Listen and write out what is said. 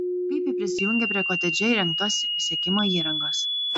kaip jie prisijungė prie kotedže įrengtos sekimo įrangos